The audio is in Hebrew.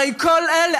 הרי כל אלה,